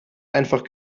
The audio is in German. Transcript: einfach